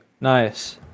nice